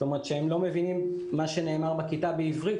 הם לא מבינים את מה שנאמר בכיתה בעברית,